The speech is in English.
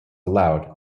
allowed